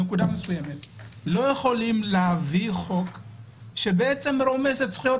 לא יכולים להביא חוק שרומס את זכויות